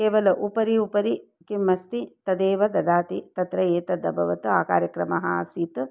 केवलम् उपरि उपरि किम् अस्ति तदेव ददाति तत्र एतद् अभवत् आ कार्यक्रमः आसीत्